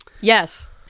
yes